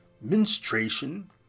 menstruation